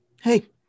hey